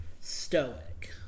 stoic